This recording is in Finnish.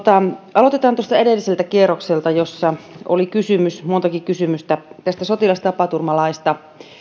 aloitetaan tuosta edelliseltä kierrokselta jossa oli montakin kysymystä tästä sotilastapaturmalaista